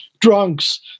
drunks